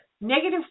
negative